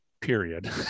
period